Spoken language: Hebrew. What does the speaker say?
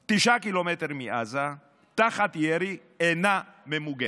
9 קילומטר מעזה, תחת ירי, אינה ממוגנת.